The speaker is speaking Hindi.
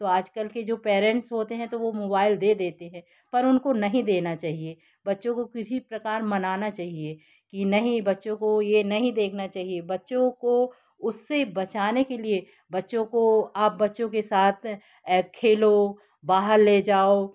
तो आजकल के जो पेरेंट्स होते हैं तो वो मोबाईल दे देते हैं पर उनको नहीं देना चाहिए बच्चों को किसी प्रकार मनाना चाहिए की नहीं बच्चों को ये नहीं देखना चाहिए बच्चों को उससे बचाने के लिए बच्चों को आप बच्चे के साथ ये खेलो बाहर ले जाओ